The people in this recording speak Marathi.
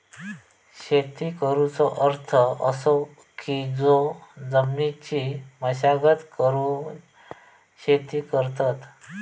शेती करुचो अर्थ असो की जो जमिनीची मशागत करून शेती करतत